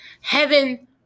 Heaven